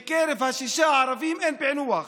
בקרב ששת הערבים אין פענוח,